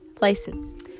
license